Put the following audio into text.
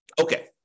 Okay